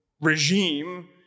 regime